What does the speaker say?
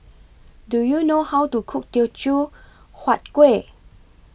Do YOU know How to Cook Teochew Huat Kuih